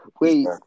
Wait